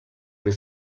per